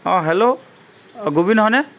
অঁ হেল্ল' অঁ গোবিন হয়নে